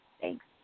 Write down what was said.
Thanks